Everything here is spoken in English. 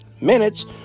minutes